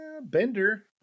Bender